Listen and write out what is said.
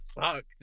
fuck